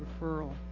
referral